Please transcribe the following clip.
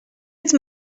êtes